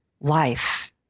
life